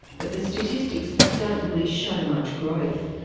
but the statistics don't really show much growth,